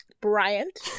Bryant